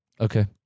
Okay